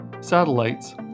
satellites